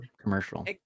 commercial